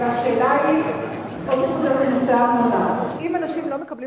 השאלה חוזרת לנושא הארנונה: אם אנשים לא מקבלים